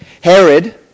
Herod